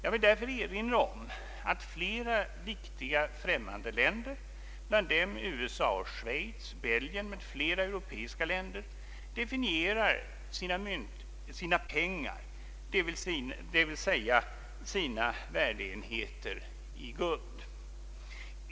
Därtill vill jag erinra om att flera viktiga främmande länder — bland dem USA och Schweiz, Belgien m.fl. europeiska länder — definierar sina pengar, dvs. sina värdeenheter, i guld.